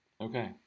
Okay